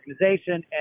organization